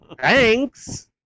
Thanks